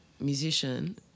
musician